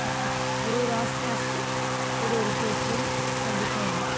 அப்போ இப்போ ஒரு ஒரு ஆசனாஸ்க்கு ஒரு ஒரு போஸ்கள் கண்டிப்பாக இருக்கு